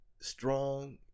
strong